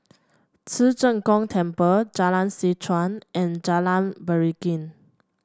Ci Zheng Gong Temple Jalan Seh Chuan and Jalan Beringin